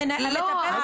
המטפלת שלי --- לא,